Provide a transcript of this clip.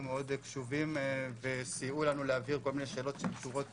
מאוד קשובים וסייעו לנו להבהיר כל מיני שאלות שקשורות